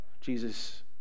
Jesus